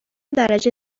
درجه